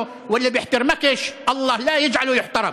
כאשר אתה נצרך למשהו, פנה אל מי שמכיר בערך שלך.